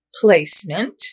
placement